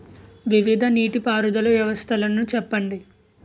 వివిధ నీటి పారుదల వ్యవస్థలను చెప్పండి?